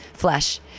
flesh